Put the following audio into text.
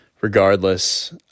regardless –